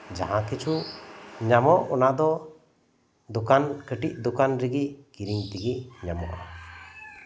ᱡᱟ ᱠᱤᱪᱷᱩ ᱧᱟᱢᱚᱜ ᱚᱱᱟ ᱫᱚ ᱫᱚᱠᱟᱱᱨᱮ ᱠᱟᱹᱴᱤᱡ ᱫᱚᱠᱟᱱ ᱨᱮᱜᱮ ᱠᱤᱨᱤᱧᱛᱮ ᱧᱟᱢᱚᱜᱼᱟ